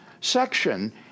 section